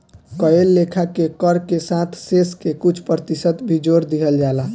कए लेखा के कर के साथ शेष के कुछ प्रतिशत भी जोर दिहल जाला